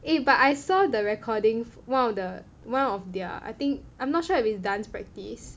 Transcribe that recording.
eh but I saw the recordings one of the one of their I think I'm not sure if is dance practice